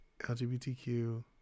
LGBTQ